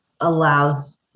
allows